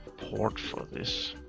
port for this.